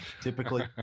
typically